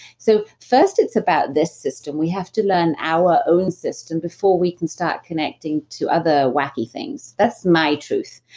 so, first, it's about this system. we have to learn our own system before we can start connecting to other wacky things. that's my truth,